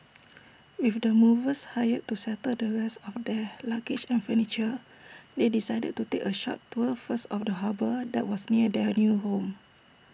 with the movers hired to settle the rest of their luggage and furniture they decided to take A short tour first of the harbour that was near their new home